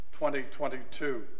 2022